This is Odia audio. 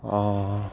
ହଁ